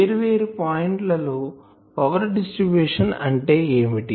వేరువేరు పాయింట్ లలో power distribution అంటే ఏమిటి